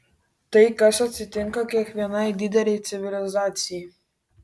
tai kas atsitinka kiekvienai didelei civilizacijai